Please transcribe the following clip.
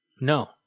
No